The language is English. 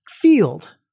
field